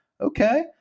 okay